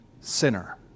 sinner